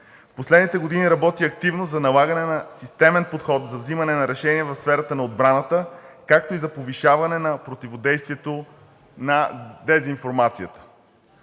Последните години работи активно за налагане на системен подход за взимане на решения в сферата на отбраната, както и за повишаване на противодействието на дезинформацията.